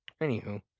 Anywho